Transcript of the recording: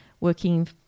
working